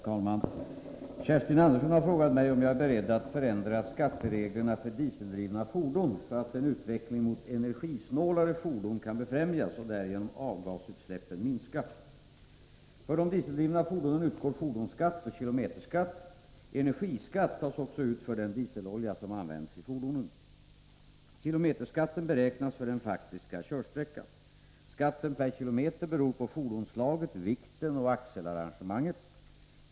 Herr talman! Kerstin Andersson har frågat mig om jag är beredd att förändra skattereglerna för dieseldrivna fordon så att en utveckling mot energisnålare fordon kan befrämjas och därigenom avgasutsläppen minska. För de dieseldrivna fordonen utgår fordonsskatt och kilometerskatt. Energiskatt tas också ut för den dieselolja som används i fordonen. Kilometerskatten beräknas för den faktiska körsträckan. Skatten per kilometer beror på fordonsslaget, vikten och axelarrangemanget.